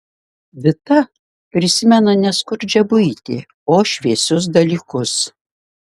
vita prisimena ne skurdžią buitį o šviesius dalykus